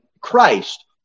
Christ